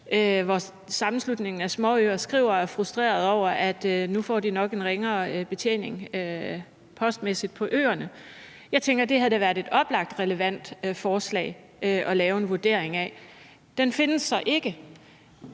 hvor Sammenslutningen af Danske Småøer skriver og er frustrerede over, at de nu nok får en ringere betjening postmæssigt på øerne. Jeg tænker, at det da havde været et oplagt relevant forslag at lave en vurdering af. Den findes så ikke.